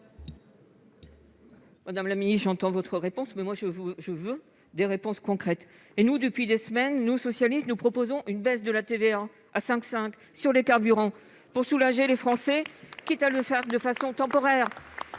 madame la ministre, mais je veux des réponses concrètes. Depuis des semaines, nous, socialistes, proposons une baisse de la TVA à 5,5 % sur les carburants pour soulager les Français, quitte à le faire de façon temporaire.